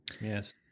Yes